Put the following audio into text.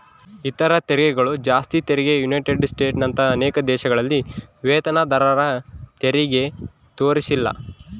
ಇತರ ತೆರಿಗೆಗಳು ಆಸ್ತಿ ತೆರಿಗೆ ಯುನೈಟೆಡ್ ಸ್ಟೇಟ್ಸ್ನಂತ ಅನೇಕ ದೇಶಗಳಲ್ಲಿ ವೇತನದಾರರತೆರಿಗೆ ತೋರಿಸಿಲ್ಲ